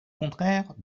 contraire